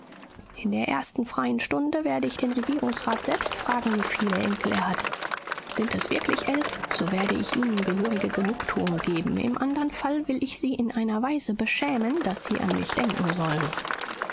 in der ersten freien stunde werde ich den regierungsrat selbst fragen wie viele enkel er hat sind es wirklich elf so werde ich ihnen gehörige genugtuung geben im andern fall will ich sie in einer weise beschämen daß sie an mich denken sollen